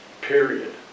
period